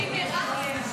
51 יש.